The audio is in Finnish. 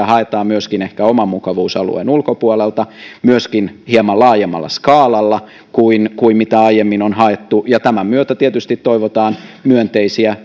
haetaan myöskin ehkä oman mukavuusalueen ulkopuolelta myöskin hieman laajemmalla skaalalla kuin kuin mitä aiemmin on haettu tämän myötä tietysti toivotaan myönteisiä